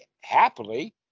happily